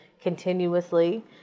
continuously